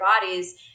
bodies